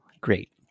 great